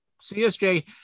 CSJ